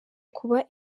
kuba